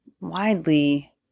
widely